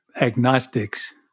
agnostics